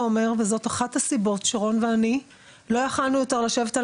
אומר וזו אחת הסיבות שרון ואני לא יכלנו יותר לשבת על